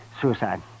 Suicide